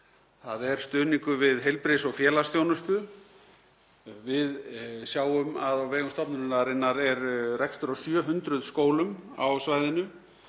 það er stuðningur við heilbrigðis- og félagsþjónustu. Við sjáum að á vegum stofnunarinnar er rekstur á 700 skólum á svæðinu,